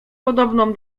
podobną